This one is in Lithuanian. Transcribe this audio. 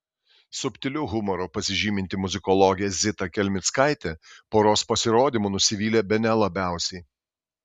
subtiliu humoru pasižyminti muzikologė zita kelmickaitė poros pasirodymu nusivylė bene labiausiai